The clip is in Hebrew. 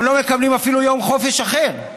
גם לא מקבלים אפילו יום חופש אחר.